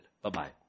Bye-bye